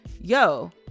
yo